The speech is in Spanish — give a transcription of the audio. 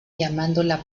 llamándola